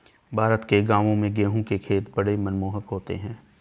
भारत के गांवों में गेहूं के खेत बड़े मनमोहक होते हैं